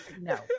No